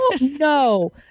No